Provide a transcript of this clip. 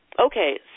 Okay